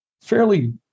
fairly